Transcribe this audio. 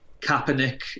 Kaepernick